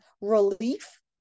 relief